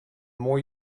more